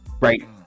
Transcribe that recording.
Right